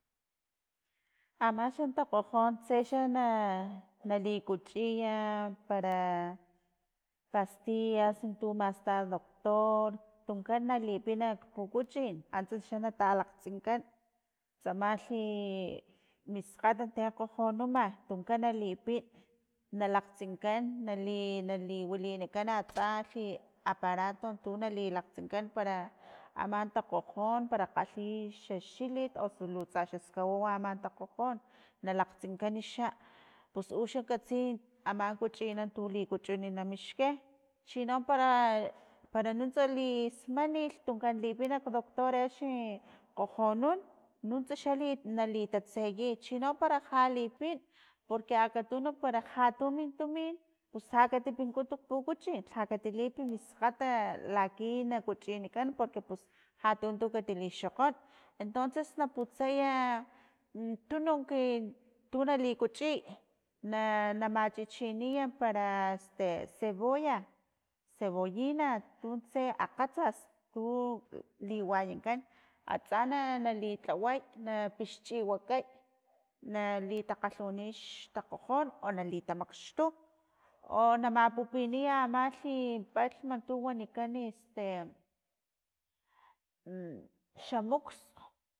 Ama xa takgojon nali kuchiya amam para pastiya osu tu masta doctor tunkan nalipina nak pukuchin antsa xa natalakgtsinkan tsamalhi i mis kgat tin kgojonuma tunkan na lipin na lakgtsinkan nali- nali wilinikan atsalhi aparato tunali lakgtsinkan para aman takgojon, para kgalhi xa xilit o su tsa xa skawawu takgojon na lakgtsinkan xapus uxan katsi ama kuchinan tu likuchun na mixki chinom para- para nuntsa lismanilh tunkana lipina tunkana doctor axni kgojonun nuntsa xa li nali tatseyi chino para lha lipin porque acatunu para ja tu min tumin pus ja kati pinkutu kpukuchin ja katilip mi skgata laki na, kuchinikan porque pus, jatu tun katilixakgon entonces na putsaya tununk tu nali kuchiy, na- na machichiniya para "este" cebolla, cebollina tuntse akgatsas tu liwayankan atsa na- nali tlaway na pixchiwakay nali takgalhuni xtakgojon o nali tamakxtu o namapupiniya amalhi palhm tu wanikan "este" xa muks.